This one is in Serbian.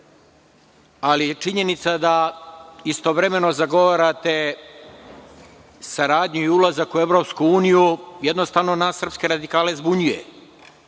ali činjenica da istovremeno zagovarate saradnju i ulazak u EU, jednostavno nas srpske radikale zbunjuje.